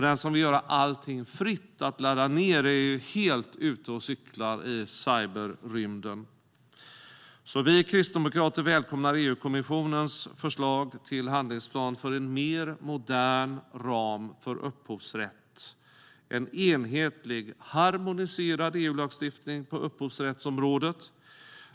Den som vill göra allting fritt att ladda ned är helt ute och cyklar i cyberrymden. Vi kristdemokrater välkomnar EU-kommissionens förslag till handlingsplan för en mer modern ram för upphovsrätt - en enhetlig, harmoniserad EU-lagstiftning på upphovsrättsområdet.